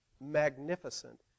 magnificent